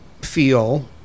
feel